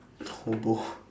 hobo